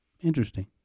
Interesting